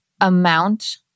amount